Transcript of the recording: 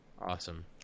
Awesome